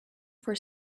for